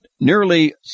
nearly